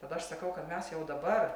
tada aš sakau kad mes jau dabar